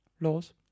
Laws